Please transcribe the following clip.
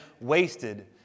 wasted